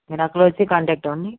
మీరు అక్కడ వచ్చి కాంటాక్ట్ అవ్వండి